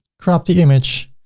crop the image.